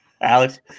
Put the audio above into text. Alex